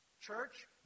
Church